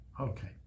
Okay